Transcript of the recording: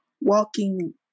walking